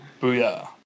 Booyah